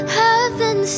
heaven